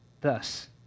Thus